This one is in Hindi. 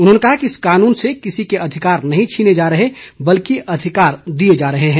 उन्होंने कहा कि इस कानून से किसी के अधिकार नहीं छीने जा रहे बल्कि अधिकार दिए जा रहे हैं